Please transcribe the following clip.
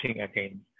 again